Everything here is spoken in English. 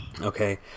okay